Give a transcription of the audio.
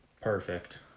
Perfect